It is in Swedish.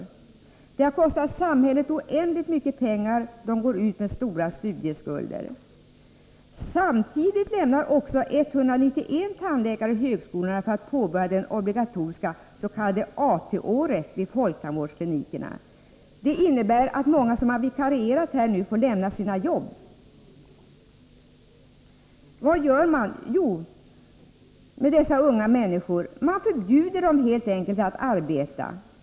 Utbildningen har kostat samhället oändligt mycket pengar, och tandläkarna går ut med stora studieskulder. Samtidigt lämnar 191 tandläkare högskolorna för att påbörja det obligatoriska s.k. AT-året vid folktandvårdsklinikerna. Det innebär att många som har vikarierat där får lämna sina jobb. Vad gör statsmakterna för de unga nyblivna tandläkarna? Jo, man förbjuder dem att arbeta.